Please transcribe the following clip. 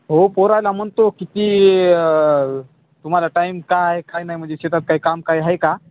हो पोराला म्हणतो किती तुम्हाला टाईम काय काय नाही म्हणजे शेतात काय काम काही आहे का